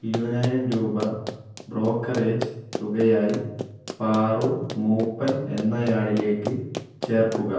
ഇരുപതിനായിരം രൂപ ബ്രോക്കറേജ് തുകയായി പാറു മൂപ്പൻ എന്നയാളിലേക്ക് ചേർക്കുക